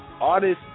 Artists